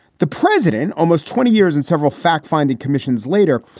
the president, almost twenty years and several fact finding commissions later,